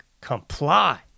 comply